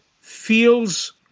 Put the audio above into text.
feels